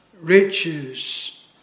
Riches